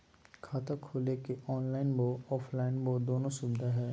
खाता खोले के ऑनलाइन बोया ऑफलाइन बोया दोनो सुविधा है?